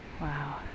Wow